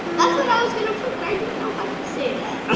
that's what i was gonna put, but i didn't know if i could say that.